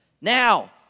Now